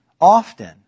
often